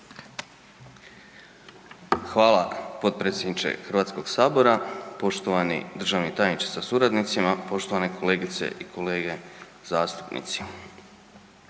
Hvala potpredsjedniče HS-a. Poštovani državni tajniče sa suradnicima, poštovane kolegice i kolege zastupnici.